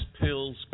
pills